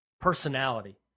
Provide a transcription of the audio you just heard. personality